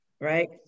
right